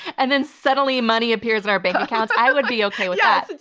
and then suddenly money appears in our bank accounts, i would be okay with yeah